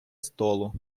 столу